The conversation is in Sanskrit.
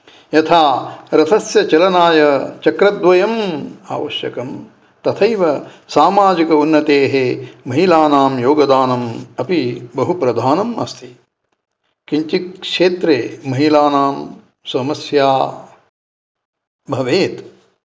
यथा रथस्य चलनाय चक्रद्वयम् आवश्यकम् तथैव सामजिक उन्नतेः महिलानां योगदानं अपि बहु प्रधानम् अस्ति किञ्चित् क्षेत्रे महिलानां समस्या भवेत्